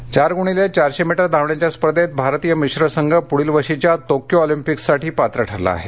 Doha चार गुणिले चारशे मीटर धावण्याच्या स्पर्धेत भारतीय मिश्र संघ पुढील वर्षीच्या तोक्यो ऑलिंपिक्ससाठी पात्र ठरला आहे